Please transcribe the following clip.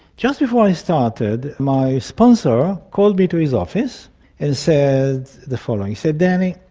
just before i started my sponsor called me to his office and said the following, he said, danny,